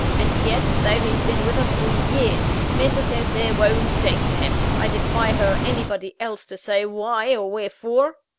and yet, though he's been with us for years, mrs. s. there won't take to him i defy her or anybody else to say why, or wherefore!